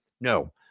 No